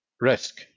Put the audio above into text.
risk